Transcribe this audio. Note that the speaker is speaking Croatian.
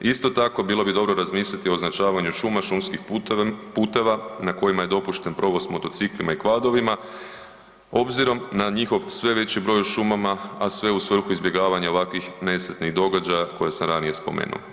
Isto tako bilo bi dobro razmisliti o označavanju šuma, šumskih puteva na kojima je dopušten provoz motociklima i kvadovima obzirom na njihov sve veći broj u šumama, a sve u svrhu izbjegavanja ovakvih nesretnih događaja koje sam ranije spomenuo.